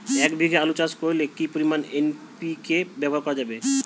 এক বিঘে আলু চাষ করলে কি পরিমাণ এন.পি.কে ব্যবহার করা যাবে?